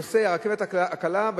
נוסעי הרכבת הקלה,